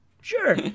Sure